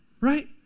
right